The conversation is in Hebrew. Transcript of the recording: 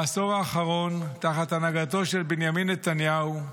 בעשור האחרון, תחת הנהגתו של בנימין נתניהו,